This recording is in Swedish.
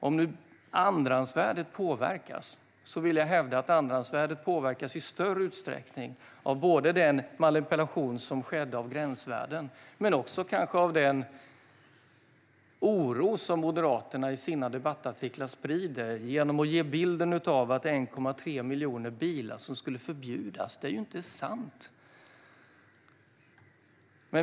Om andrahandsvärdet påverkas vill jag hävda att det påverkas i större utsträckning av den manipulation som skedde av gränsvärden men också av den oro som Moderaterna sprider i sina debattartiklar genom att ge en bild av att 1,3 miljoner bilar skulle förbjudas. Det är inte sant.